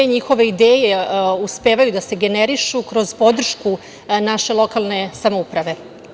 Sve njihove ideje uspevaju da se generišu kroz podršku naše lokalne samouprave.